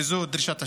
זו דרישת השעה.